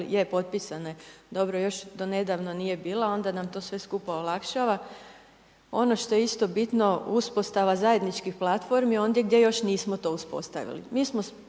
Je, potpisana je. Dobro. Još do nedavno nije bila, onda nam to sve skupa olakšava. Ono što je isto bitno, uspostava zajedničkih platformi ondje gdje još nismo to uspostavili.